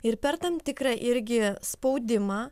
ir per tam tikrą irgi spaudimą